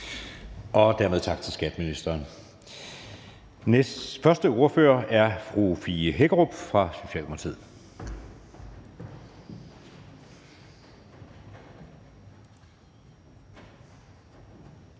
siger vi tak til skatteministeren. Første ordfører er fru Fie Hækkerup fra Socialdemokratiet.